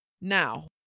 Now